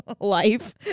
life